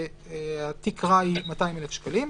התקרה היא 200,000 שקלים.